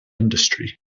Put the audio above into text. industry